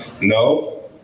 No